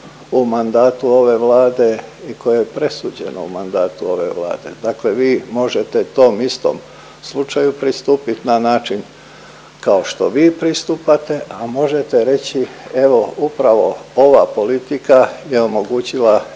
u mandatu ove Vlade i koje je presuđeno u mandatu ove Vlade. Dakle, vi možete tom istom slučaju pristupit na način kao što vi pristupate, a možete reći evo upravo ova politika je omogućila